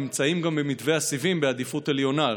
נמצאים גם במתווה הסיבים בעדיפות עליונה,